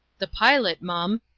the pilot, mum,